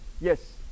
Yes